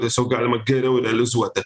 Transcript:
tieiog galima geriau realizuoti